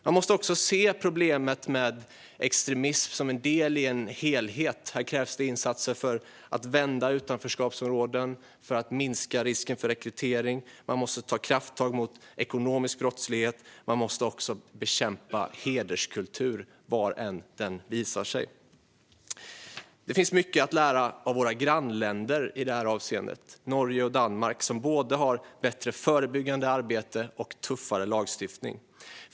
Man måste också se problemet med extremism som en del i en helhet. Här krävs det insatser för att vända utvecklingen i utanförskapsområden för att minska risken för rekrytering. Man måste ta krafttag mot ekonomisk brottslighet. Man måste också bekämpa hederskultur var än den visar sig. Det finns mycket att lära av våra grannländer i detta avseende. Norge och Danmark har både bättre förebyggande arbete och tuffare lagstiftning.